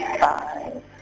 five